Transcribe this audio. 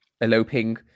eloping